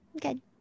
good